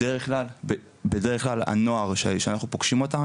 בדרך כלל הנוער כשאנחנו פוגשים אותם,